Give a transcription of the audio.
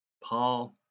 Paul